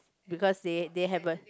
because they they have a